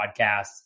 podcasts